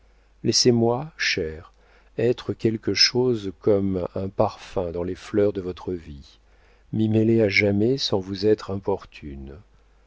laissez-moi cher être quelque chose comme un parfum dans les fleurs de votre vie m'y mêler à jamais sans vous être importune